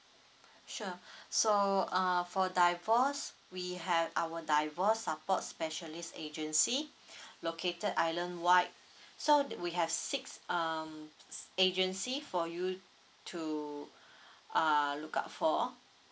sure so uh for divorce we have our divorce support specialist agency located islandwide so we have six um agency for you to uh look out for